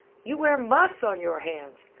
you wear muffs on your hands.